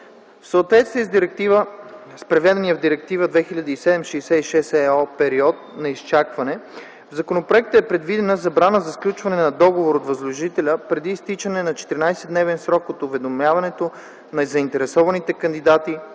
съответствие с предвидения в Директива 2007/66/ ЕО период на изчакване, в законопроекта е предвидена забрана за сключване на договор от възложителя преди изтичане на 14-дневен срок от уведомяването на заинтересованите кандидати